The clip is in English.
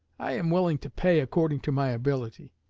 i am willing to pay according to my ability,